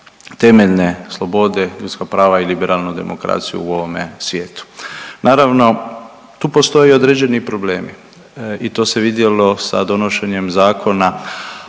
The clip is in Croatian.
temeljne slobode, ljudska prava i liberalnu demokraciju ovome svijetu. Naravno tu postoje i određeni problemi i to se vidjelo sa donošenjem Zakona